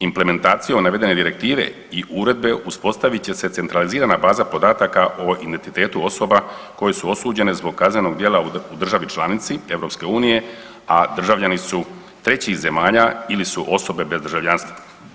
Implementacijom navedene direktive i uredbe uspostavit će se centralizirana baza podataka o identitetu osoba koje su osuđene zbog kaznenog djela u državi članici EU, a državljani su trećih zemalja ili su osobe bez državljanstva.